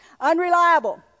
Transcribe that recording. Unreliable